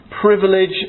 privilege